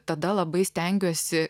tada labai stengiuosi